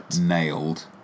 nailed